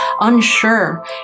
unsure